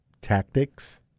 tactics